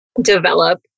develop